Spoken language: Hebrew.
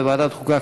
בוועדת החוקה,